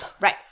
Right